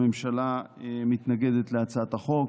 הממשלה מתנגדת להצעת החוק.